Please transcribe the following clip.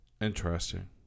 Interesting